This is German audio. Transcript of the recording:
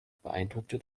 beeindruckte